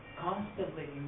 constantly